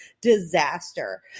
disaster